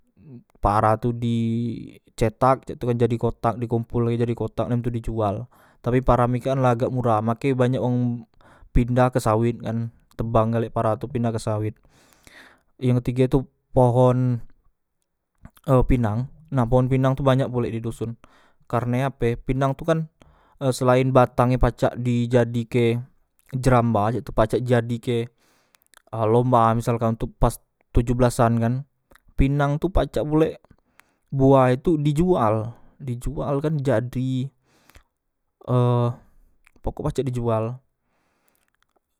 Para tu di cetak cak tu kan jadi kotak dikompol e jadi kotak dem tu dijual tapi para mikak kan la agak murah make banyak wong pindah ke sawet kan tebang galek para tu pindah ke sawet yang tige tu pohon e pinang nah pohon pinang tu banyak pulek di doson karne ape pinang tu kan selaen batange pacak di jadike jerambah cak itu pacak jadi ke e lomba misalkan ontok pas tuju belasan kan pinang tu pacak pulek buahe tu dijual dijual kan jadi e pokok pacak dijual